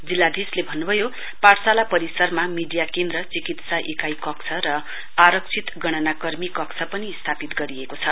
जिल्लाधीशले भन्नुभयो पाठशाला परिसरमा मिडिया केन्द्रचिकित्सा इकाइ कक्ष र आरश्रित गणना कर्मी कक्ष पनि स्थापित गरिएको छ